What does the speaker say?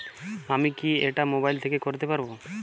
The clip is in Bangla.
আমি কি এটা মোবাইল থেকে করতে পারবো?